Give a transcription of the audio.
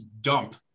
dump